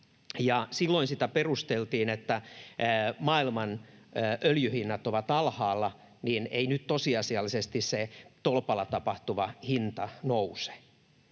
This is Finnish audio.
silloin sitä perusteltiin, että koska maailman öljyhinnat ovat alhaalla, niin ei nyt tosiasiallisesti se tolpalla tapahtuva hinta nouse.